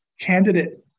candidate